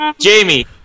jamie